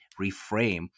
reframe